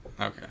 okay